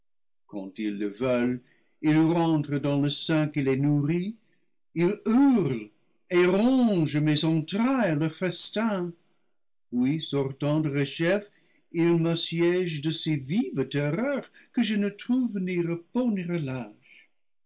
quand ils le veulent ils rentrent dans le sein qui les nourrit ils hurlent et rongent mes entrailles leur festin puis sortant derechef ils m'assiègent de si vives terreurs que je ne trouve ni repos